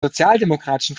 sozialdemokratischen